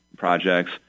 projects